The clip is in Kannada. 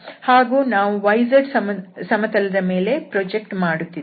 ಹಾಗೂ ನಾವು yz ಸಮತಲದ ಮೇಲೆ ಪ್ರೊಜೆಕ್ಟ್ ಮಾಡುತ್ತಿದ್ದೇವೆ